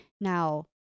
Now